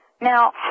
Now